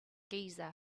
giza